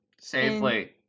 Safely